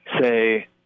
say